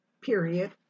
period